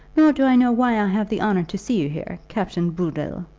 nor do i know why i have the honour to see you here, captain bood-dle.